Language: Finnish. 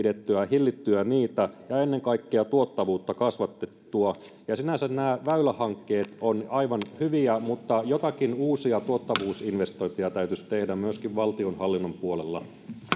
hillittyä ja ennen kaikkea tuottavuutta kasvatettua sinänsä nämä väylähankkeet ovat aivan hyviä mutta jotakin uusia tuottavuusinvestointeja täytyisi tehdä myöskin valtionhallinnon puolella